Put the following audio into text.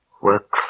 work